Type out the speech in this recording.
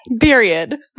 Period